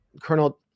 Colonel